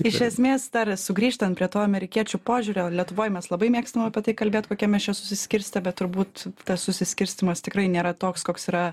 iš esmės dar sugrįžtant prie to amerikiečių požiūrio lietuvoje mes labai mėgstam apie tai kalbėt kokie mes čia susiskirstę bet turbūt tas susiskirstymas tikrai nėra toks koks yra